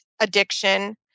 addiction